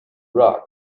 rug